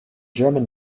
german